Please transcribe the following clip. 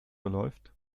verläuft